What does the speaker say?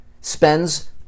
spends